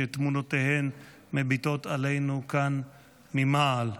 שתמונותיהן מביטות עלינו כאן ממעל.